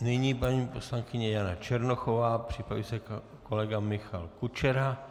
Nyní paní poslankyně Jana Černochová, připraví se kolega Michal Kučera.